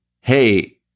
hey